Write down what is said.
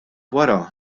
wara